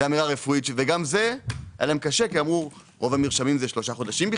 וגם זה היה להם קשה כי רוב המרשמים לשלושה חודשים.